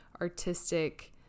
artistic